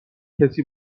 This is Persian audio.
کسی